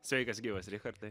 sveikas gyvas richardai